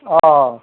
অঁ